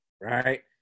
right